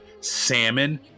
salmon